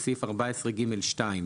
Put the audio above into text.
בסעיף 14ג2,